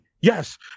yes